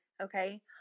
Okay